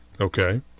Okay